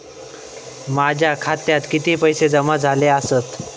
माझ्या खात्यात किती पैसे जमा झाले आसत?